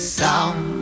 sound